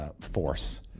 force